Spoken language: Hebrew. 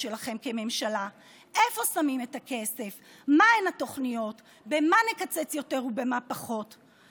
שלא רק שמסכנים את ביטחון ישראל ואת הדמוקרטיה הישראלית,